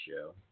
show